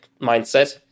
mindset